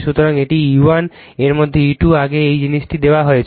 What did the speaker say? সুতরাং এটি E1 এর মধ্যে E2 আগে এই জিনিসটি দেওয়া হয়েছে